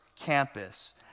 campus